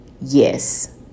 Yes